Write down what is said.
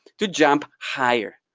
to jump higher.